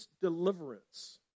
deliverance